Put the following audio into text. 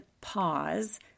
pause